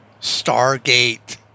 Stargate